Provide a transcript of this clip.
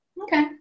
Okay